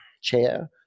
chair